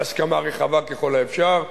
להסכמה רחבה ככל האפשר.